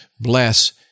bless